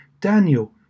Daniel